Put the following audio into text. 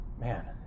man